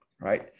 right